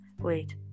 wait